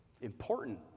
important